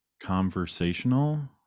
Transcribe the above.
conversational